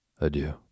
Adieu